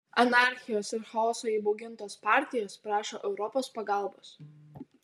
anarchijos ir chaoso įbaugintos partijos prašo europos pagalbos